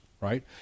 right